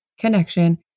connection